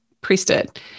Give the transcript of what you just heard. priesthood